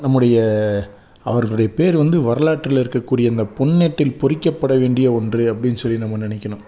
நம்முடைய அவர்களுடைய பேர் வந்து வரகாற்றில் இருக்கக்கூடிய இந்த பொன்னேட்டில் பொறிக்கப்பட வேண்டிய ஒன்று அப்படினு சொல்லி நம்ம நினைக்கணும்